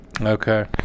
Okay